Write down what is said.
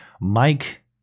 Mike